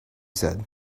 said